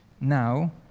Now